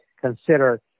consider